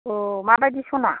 माबायदि स'ना